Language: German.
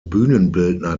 bühnenbildner